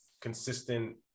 consistent